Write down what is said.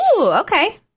okay